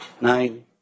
nine